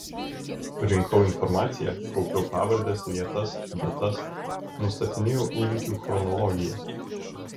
rinkau informaciją kaupiau pavardes vietas datas nustatinėjau įvykių chronologiją